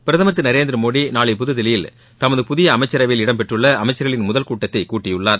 பிரதமர் திரு நரேந்திரமோடி நாளை தமது புதிய அமைச்சரவையில் இடம் பெற்றுள்ள அமைச்சர்களின் முதல் கூட்டத்தை கூட்டியுள்ளார்